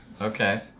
Okay